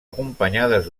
acompanyades